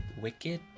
Wicked